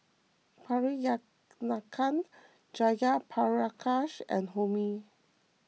Priyanka Jayaprakash and Homi